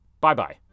Bye-bye